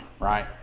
Right